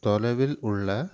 தொலைவில் உள்ள